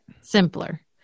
simpler